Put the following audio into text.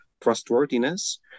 trustworthiness